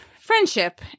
friendship